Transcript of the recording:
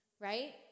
right